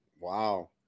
wow